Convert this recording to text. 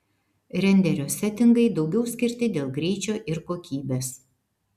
renderio setingai daugiau skirti dėl greičio ir kokybės